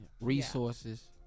Resources